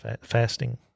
Fasting